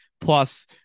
plus